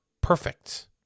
perfect